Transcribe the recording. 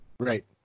Right